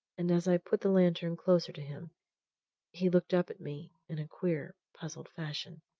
and as i put the lantern closer to him he looked up at me in a queer, puzzled fashion,